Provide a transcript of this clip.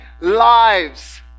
lives